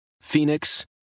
Phoenix